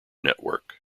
network